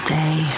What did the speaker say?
day